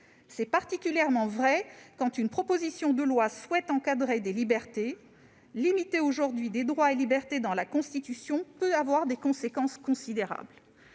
C'est particulièrement vrai quand une proposition de loi vise à encadrer des libertés. Limiter aujourd'hui des droits et libertés dans la Constitution peut avoir des conséquences considérables.